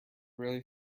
really